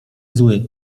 zły